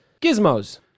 gizmos